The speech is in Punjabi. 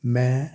ਮੈਂ